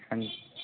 ਹਾਂਜੀ